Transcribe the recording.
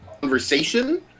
conversation